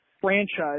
franchise